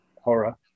horror